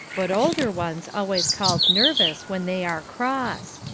but older ones always called nervous, when they are cross.